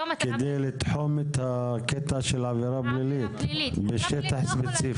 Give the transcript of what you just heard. כדי לתחום את הקטע של עבירה פלילית בשטח ספציפי.